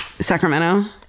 Sacramento